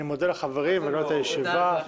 אני מודה לחברים ונועל את הישיבה.